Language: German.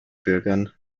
bürgern